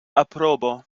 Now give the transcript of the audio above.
aprobo